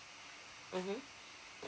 mmhmm